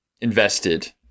invested